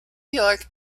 york